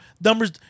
numbers